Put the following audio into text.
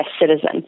citizen